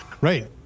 Right